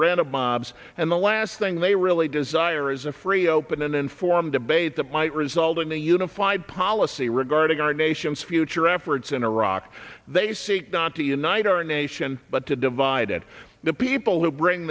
random mobs and the last thing they really desire is a free open and informed debate that might result in a unified policy regarding our nation's future efforts in iraq they seek not to unite our nation but to divide it the people who bring